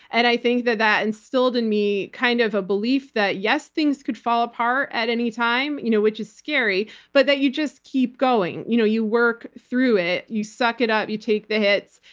and i think that that instilled in me kind of a belief that yes, things could fall apart at any time, you know which is scary, but that you just keep going. you know you work through it, you suck it up, you take the hits,